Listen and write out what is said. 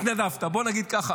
התנדבת, בוא נגיד ככה.